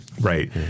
Right